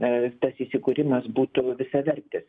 tas įsikūrimas būtų visavertis